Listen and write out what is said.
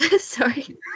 Sorry